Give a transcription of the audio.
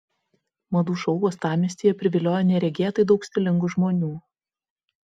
madų šou uostamiestyje priviliojo neregėtai daug stilingų žmonių